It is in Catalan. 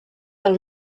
del